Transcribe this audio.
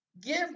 give